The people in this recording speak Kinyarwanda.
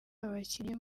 abakinnyi